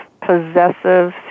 possessive